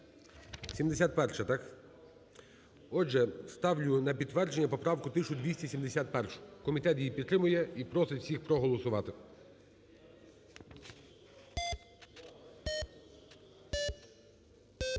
71-а, так? Отже, ставлю на підтвердження поправку 1271. Комітет її підтримує і просить всіх проголосувати.